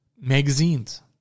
magazines